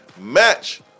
match